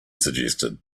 suggested